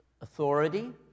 authority